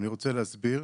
אני רוצה להסביר.